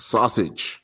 Sausage